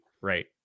right